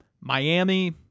Miami